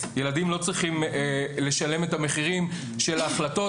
ילדים לא צריכים לשלם את המחירים של ההחלטות.